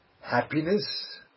happiness